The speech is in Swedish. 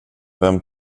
vem